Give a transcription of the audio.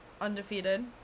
undefeated